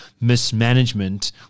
mismanagement